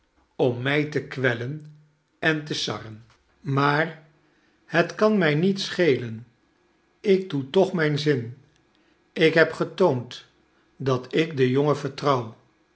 weg mij te kwellen en te sarren maar het kan mij niet schelen ik doe toch mijn zin ik heb getoond dat ik den jongen vertrouw